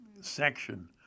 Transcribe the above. section